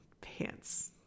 pants